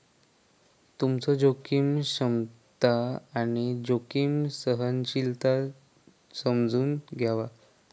तुमचो जोखीम क्षमता आणि जोखीम सहनशीलता समजून घ्यावा